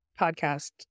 podcast